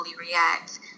react